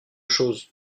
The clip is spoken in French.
chose